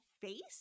face